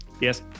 Yes